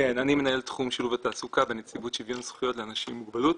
מנהל תחום שילוב בתעסוקה בנציבות שוויון זכויות לאנשים עם מוגבלות.